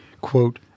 quote